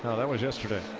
that was yesterday.